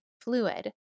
fluid